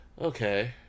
okay